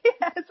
Yes